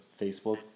Facebook